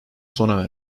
sona